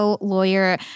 lawyer